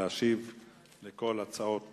להשיב על כל ההצעות